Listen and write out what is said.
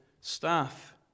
staff